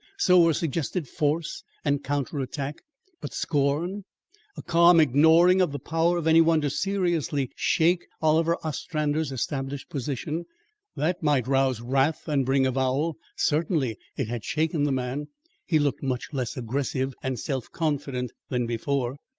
so were suggested force and counter-attack but scorn a calm ignoring of the power of any one to seriously shake oliver ostrander's established position that might rouse wrath and bring avowal certainly it had shaken the man he looked much less aggressive and self-confident than before.